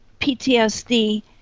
PTSD